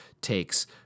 takes